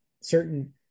certain